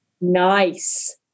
Nice